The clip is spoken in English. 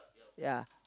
ya